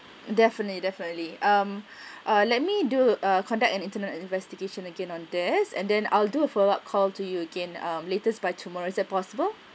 definitely definitely um ah let me do a conduct an internal investigation again on this and then I'll do a follow up call to you again um latest by tomorrow is that possible